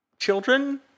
children